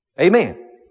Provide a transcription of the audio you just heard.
Amen